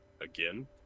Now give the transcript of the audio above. again